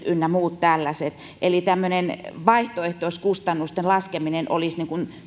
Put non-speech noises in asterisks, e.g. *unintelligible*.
*unintelligible* ynnä muut tällaiset tämmöinen vaihtoehtoiskustannusten laskeminen olisi